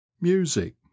music